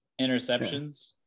Interceptions